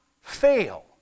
fail